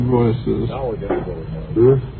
voices